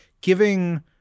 giving